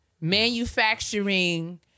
manufacturing